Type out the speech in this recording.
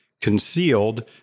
concealed